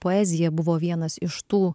poezija buvo vienas iš tų